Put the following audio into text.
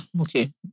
Okay